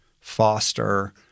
foster